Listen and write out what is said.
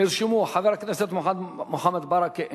נרשמו חבר הכנסת מוחמד ברכה,